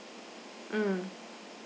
mm